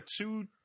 Two